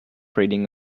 reading